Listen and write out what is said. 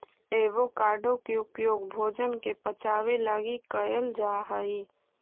avocado के उपयोग भोजन के पचाबे लागी कयल जा हई